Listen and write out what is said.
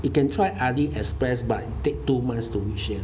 you can try AliExpress but it take two months to reach here